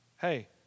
Hey